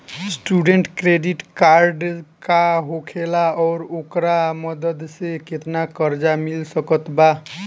Student credit card का होखेला और ओकरा मदद से केतना कर्जा मिल सकत बा?